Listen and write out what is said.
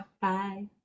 bye